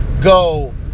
go